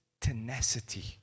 tenacity